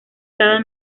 cada